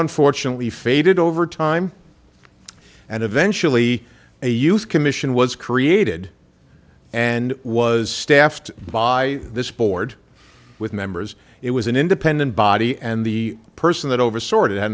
unfortunately faded over time and eventually a use commission was created and was staffed by this board with members it was an independent body and the person that over sort